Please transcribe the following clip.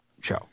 show